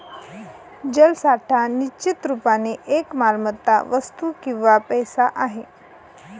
जलसाठा निश्चित रुपाने एक मालमत्ता, वस्तू किंवा पैसा आहे